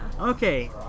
Okay